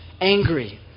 angry